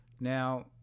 Now